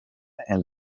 and